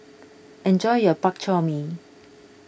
enjoy your Bak Chor Mee